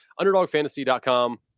UnderdogFantasy.com